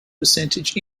percentage